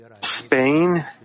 Spain